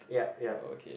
yup yup